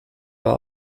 war